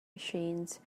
machines